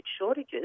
shortages